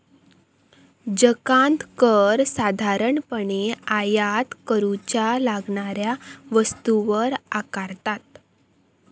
जकांत कर साधारणपणे आयात करूच्या लागणाऱ्या वस्तूंवर आकारतत